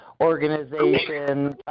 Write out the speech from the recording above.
organization